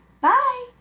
Bye